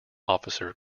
officer